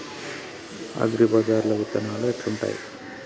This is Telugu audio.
అగ్రిబజార్ల విత్తనాలు ఎట్లుంటయ్?